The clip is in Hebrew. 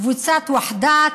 קבוצת ווחדאת,